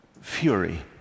fury